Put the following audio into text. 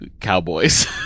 cowboys